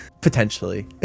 Potentially